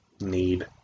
need